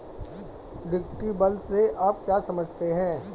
Deductible से आप क्या समझते हैं?